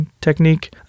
technique